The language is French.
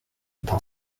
dans